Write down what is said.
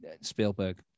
Spielberg